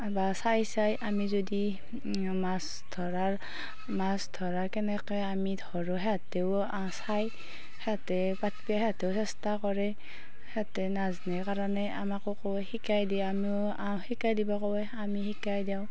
বা চাই চাই আমি যদি মাছ ধৰাৰ মাছ ধৰাৰ কেনেকৈ আমি ধৰোঁ সিহঁতেও চাই সিহঁতেও পাতিব সিহঁতেও চেষ্টা কৰে সিহঁতে নাজানে কাৰণে আমাকো কয় শিকাই দিয়া আমিও আম শিকাই দিব ক'ব এই আমি শিকাই দিওঁ